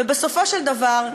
ובסופו של דבר,